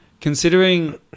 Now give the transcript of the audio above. considering